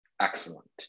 excellent